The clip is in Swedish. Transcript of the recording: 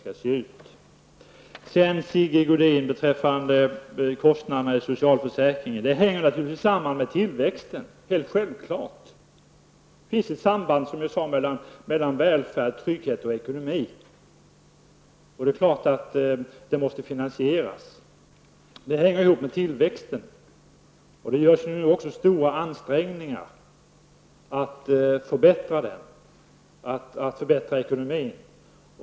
Sedan vill jag säga till Sigge Godin att frågan om kostnaderna i socialförsäkringen naturligtvis hänger samman med frågan om tillväxten. Som jag sade finns det ett samband mellan välfärd, trygghet och ekonomi. Det är klart att kostnaderna måste finansieras, och det görs nu stora ansträngningar att förbättra ekonomin och förbättra tillväxten.